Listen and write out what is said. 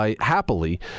happily